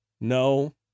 no